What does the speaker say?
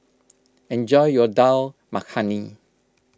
enjoy your Dal Makhani